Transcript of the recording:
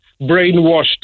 brainwashed